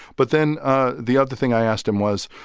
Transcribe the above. but then ah the other thing i asked him was,